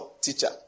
teacher